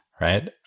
right